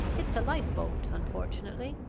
it's a lifeboat, unfortunately.